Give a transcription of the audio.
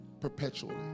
perpetually